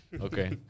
okay